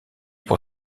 pour